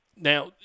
Now